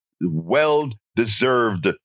well-deserved